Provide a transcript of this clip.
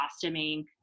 costuming